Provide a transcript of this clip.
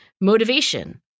motivation